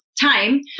time